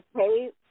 okay